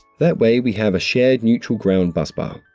that way we have a shared neutral ground bus bar.